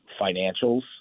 financials